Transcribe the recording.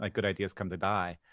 ah good ideas come to die.